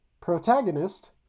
Protagonist